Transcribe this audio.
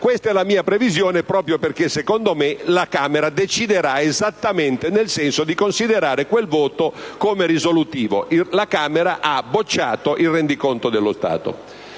Questa è la mia previsione proprio perché, secondo me, la Camera deciderà esattamente nel senso di considerare quel voto come risolutivo: la Camera ha bocciato il rendiconto dello Stato.